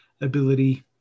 ability